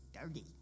dirty